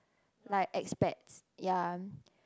like expats ya